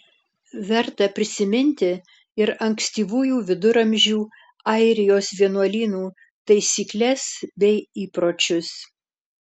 verta prisiminti ir ankstyvųjų viduramžių airijos vienuolynų taisykles bei įpročius